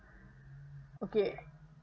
okay